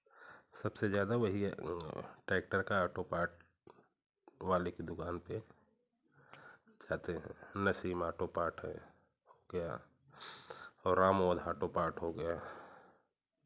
सबसे ज़्यादा वही है ट्रैक्टर का ऑटो पार्ट वाले की दुकान पर जाते हैं नसीम ऑटो पार्ट है और राम वाला ऑटो पार्ट हो गया